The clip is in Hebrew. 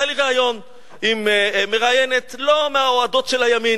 היה לי ריאיון עם מראיינת לא מהאוהדות של הימין,